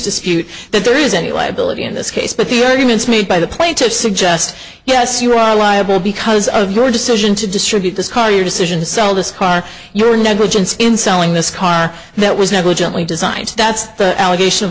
dispute that there is any liability in this case but the arguments made by the plaintiffs suggest yes you are liable because of your decision to distribute this car your decision to sell this car your negligence in selling this car that was negligently designed that's the allegation